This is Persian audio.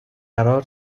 قرار